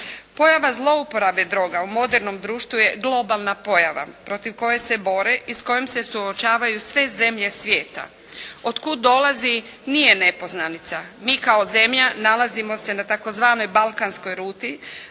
Pojava zlouporabe droga u modernom društvu je globalna pojava protiv koje se bore i s kojom se suočavaju sve zemlje svijeta. Od kud dolazi nije nepoznanica. Mi kao zemlja nalazimo se na tzv. Balkanskoj ruti.